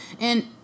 and-